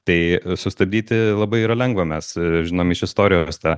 tai sustabdyti labai yra lengva mes žinom iš istorijos tą